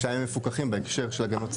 השאלה היא אם הם מפוקחים בהקשר של הגנות צרכן?